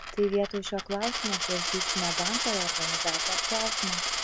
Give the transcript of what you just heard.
tai vietoj šio klausimo svarstysime banko reorganizacijos klausimą